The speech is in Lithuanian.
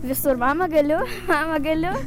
visur mama galiu mama galiu